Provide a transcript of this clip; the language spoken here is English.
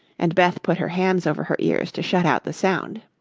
and beth put her hands over her ears to shut out the sound.